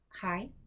hi